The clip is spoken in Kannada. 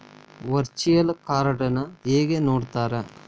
ವರ್ಚುಯಲ್ ಕಾರ್ಡ್ನ ಹೆಂಗ್ ನೋಡ್ತಾರಾ?